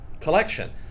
collection